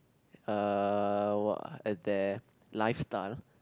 (uhhh) what at their lifestyle